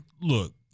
look